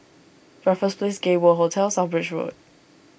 Raffles Place Gay World Hotel South Bridge Road